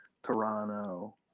Toronto